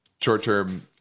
short-term